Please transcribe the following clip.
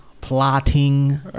plotting